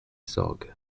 sorgue